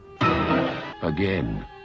Again